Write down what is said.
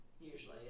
usually